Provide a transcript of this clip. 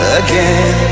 again